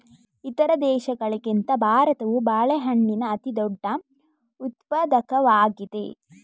ಇತರ ದೇಶಗಳಿಗಿಂತ ಭಾರತವು ಬಾಳೆಹಣ್ಣಿನ ಅತಿದೊಡ್ಡ ಉತ್ಪಾದಕವಾಗಿದೆ